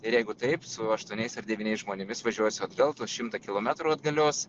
ir jeigu taip su aštuoniais ar devyniais žmonėmis važiuosiu atgal tuos šimtą kilometrų atgalios